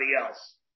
else